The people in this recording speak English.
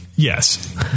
Yes